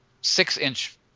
six-inch